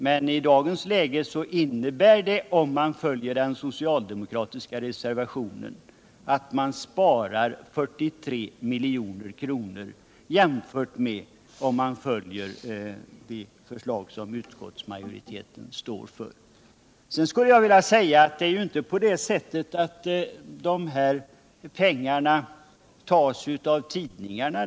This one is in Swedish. Men om riksdagen följer den socialdemokratiska reservationen, så innebär det i dagens läge att vi sparar 43 milj.kr. jämfört med om vi följer utskottsmajoritetens förslag. Sedan är det ju inte så att dessa pengar betalas av tidningarna.